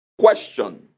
question